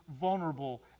vulnerable